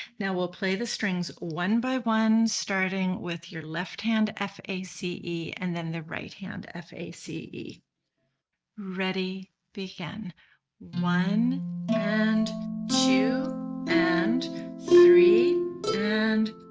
now we'll play the strings one by one starting with your left hand f a c e and then the right hand f a c e ready begin one and two and three and